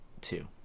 Two